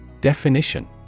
Definition